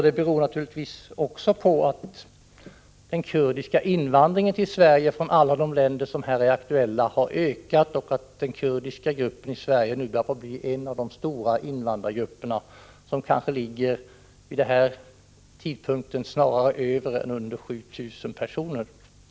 Det beror naturligtvis också på att den kurdiska invandringen till Sverige från alla de länder som här är aktuella har ökat och att den kurdiska gruppen nu börjar bli en av de stora invandrargrupperna — det är vid den här tidpunkten snarare över än under 7 000 personer.